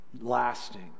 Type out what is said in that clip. lasting